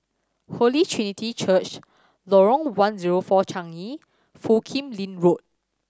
Holy Trinity Church Lorong One Zero Four Changi and Foo Kim Lin Road